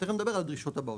תכף נדבר על הדרישות הבאות.